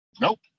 nope